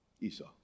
Esau